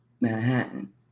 Manhattan